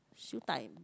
Siew Dai